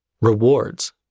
rewards